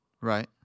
Right